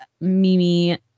Mimi